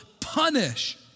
punish